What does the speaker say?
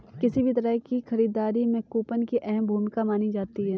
किसी भी तरह की खरीददारी में कूपन की अहम भूमिका मानी जाती है